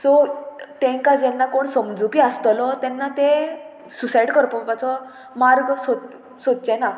so तांकां जेन्ना कोण समजुपी आसतलो तेन्ना ते सुसायड करपुपाचो मार्ग सोद सोदचे ना